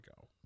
go